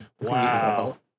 Wow